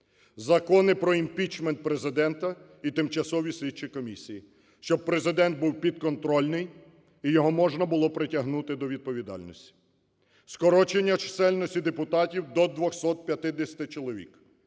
Закони про імпічмент Президента і тимчасові слідчі комісії, щоб Президент був підконтрольний і його можна було притягнути до відповідальності. Скорочення чисельності депутатів до 250 чоловік;